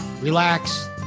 relax